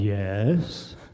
Yes